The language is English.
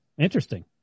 interesting